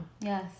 yes